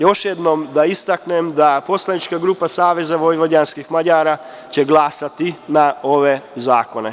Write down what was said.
Još jednom da istaknem da poslanička grupa Saveza vojvođanskih Mađara će glasati na ove zakone.